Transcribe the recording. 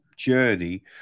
journey